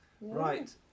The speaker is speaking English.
right